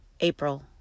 April